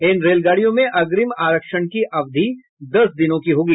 इन रेलगाड़ियों में अग्रिम आरक्षण की अवधि दस दिनों की होगी